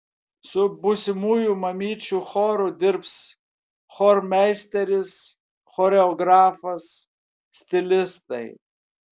su būsimųjų mamyčių choru dirbs chormeisteris choreografas stilistai